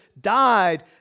died